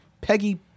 Peggy